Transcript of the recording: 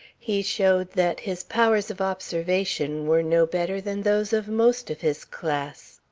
he showed that his powers of observation were no better than those of most of his class.